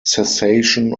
cessation